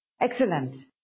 Excellent